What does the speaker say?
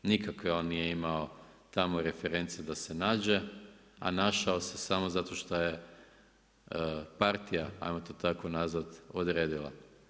Nikakve on nije imao tamo reference da se nađe, a našao se samo zato šta je partija hajmo to tako nazvati odredila.